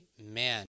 Amen